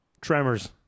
Tremors